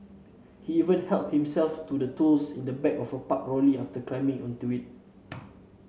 he even helped himself to the tools in the back of a parked lorry after climbing onto it